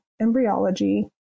embryology